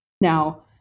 now